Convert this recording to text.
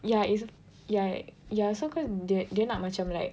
ya is yeah yeah so cause dia dia nak macam like